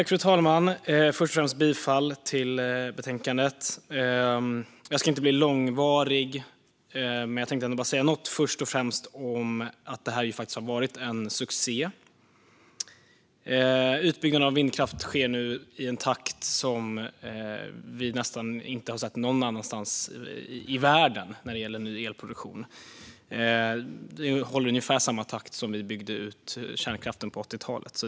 Fru talman! Jag vill först yrka bifall till förslaget till beslut. Jag ska inte bli långvarig nu men tänker först och främst ändå bara säga något om elcertifikatssystemet, som faktiskt har varit en succé. Utbyggnaden av vindkraft sker nu i en takt som vi inte har sett nästan någon annanstans i världen när det gäller ny elproduktion. Den håller ungefär samma takt som utbyggnaden av kärnkraften på 80-talet.